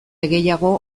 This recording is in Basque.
gehiago